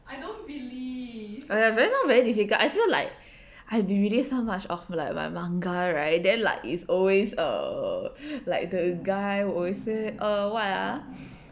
!aiya! very long very difficult I've been reading so much of like my manga right then like is always err like the guy always say err what ah